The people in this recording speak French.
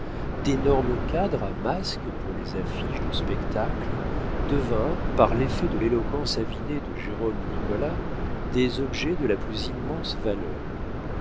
d'énormes cadres à masques pour les affiches de spectacles devinrent par l'effet de l'éloquence avinée de jérôme nicolas des objets de la plus immense valeur